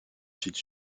site